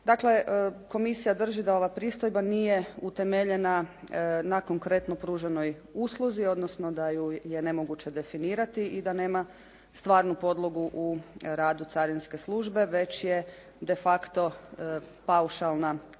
Dakle komisija drži da ova pristojba nije utemeljena na konkretno pruženoj usluzi, odnosno da ju je nemoguće definirati i da nema stvarnu podlogu u radu carinske službe već je de facto paušalna pristojba